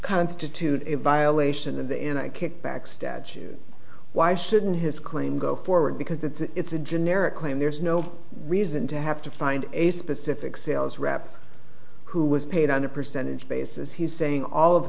constitute a violation of the in a kickback statute why shouldn't his claim go forward because it's a generic claim there's no reason to have to find a specific sales rep who was paid on a percentage basis he's saying all of